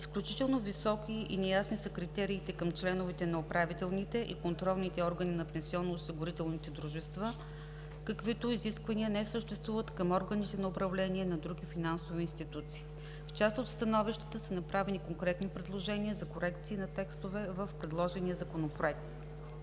Изключително високи и неясни са критериите към членовете на управителните и контролните органи на пенсионноосигурителните дружества, каквито изисквания не съществуват към органите на управление на други финансови институции. В част от становищата са направени конкретни предложения за корекции на текстове в предложения Законопроект.